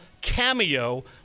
cameo